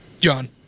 John